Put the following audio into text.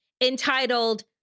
entitled